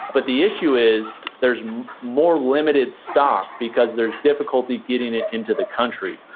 but the issue is there's more limited stock because there's difficulty getting it into the country.